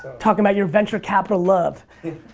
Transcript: talking about your venture capital love.